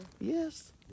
Yes